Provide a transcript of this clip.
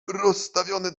rozstawione